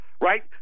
right